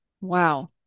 Wow